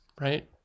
right